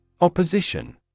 Opposition